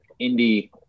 indie